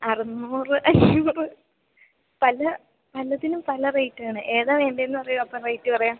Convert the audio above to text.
അറുന്നൂറ് അഞ്ചൂറ് പല പലതിനും പല റേറ്റാണ് ഏതാണു വേണ്ടതെന്നു പറയൂ അപ്പോൾ റേറ്റ് പറയാം